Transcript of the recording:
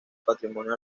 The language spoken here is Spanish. patrimonio